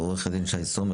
עו"ד שי סומך,